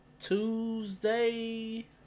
Tuesday